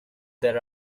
there